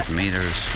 meters